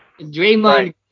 Draymond